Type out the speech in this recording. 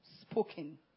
spoken